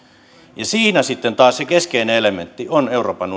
siinä sitten taas se keskeinen elementti on euroopan